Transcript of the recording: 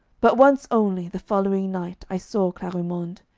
but once only, the following night, i saw clarimonde.